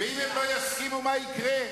ואם הם לא יסכימו, מה יקרה?